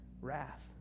wrath